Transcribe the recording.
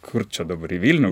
kur čia dabar į vilnių